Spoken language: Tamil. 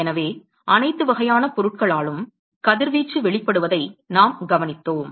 எனவே அனைத்து வகையான பொருட்களாலும் கதிர்வீச்சு வெளிப்படுவதை நாம் கவனித்தோம்